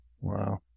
wow